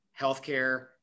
healthcare